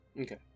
Okay